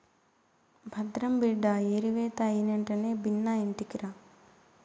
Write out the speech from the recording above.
భద్రం బిడ్డా ఏరివేత అయినెంటనే బిన్నా ఇంటికిరా